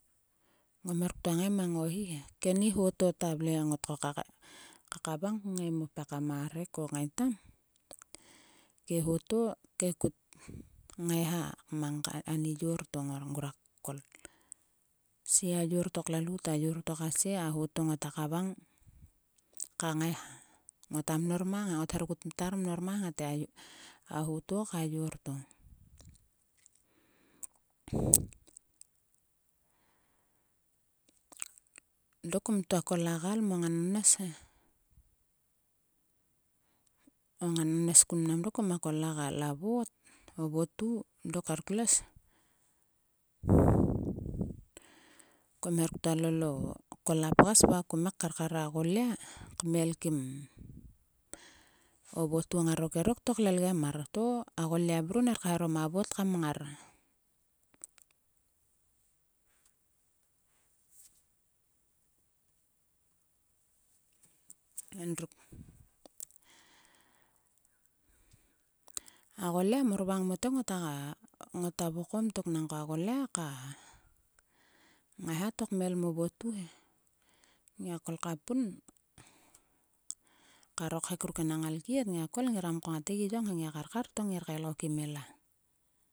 Ngam her ktua ngai mang o hi he. Keni ho to taâ vle ngotâ koka kakavang kngai moâ pekam a rek o ngai tam. Ke ho to. ke kut ngaiha. Mang ka ani yor to ngor ngruak kol. Si a yor to klalout. a yor to ka sie. A ho to ngota kavang ka ngaiha. Ngota mnor mang he. Ngot her kut ktar mnor mang he te a ho to ka yor to. Dok kumta kol a gaal mo ngannes he. O ngannes kun mnam dok kuma kol a gaal. A vot. o votu. dok kar klues. Kum her ktua lol o. kol a pgas. va kume karkar a golia kmelkim o votu ngarokerok to klelgem mar. To a golia mruo ner kaeharom a vot kam mngar. Endruk. a golia mor vang mote ngota. ngota vokom tok. Nangko a golia ka ngaiha to kmel mo votu he. Ngia kol ka pun. karoâ khek ruk enang a lkiet. Ngia kol ngira vokom ko ngat ngai gi yong he. Ngia karkar to ngir kael ko kim ila.